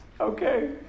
Okay